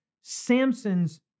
Samson's